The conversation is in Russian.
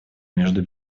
между